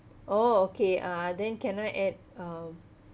oh okay uh then can I add um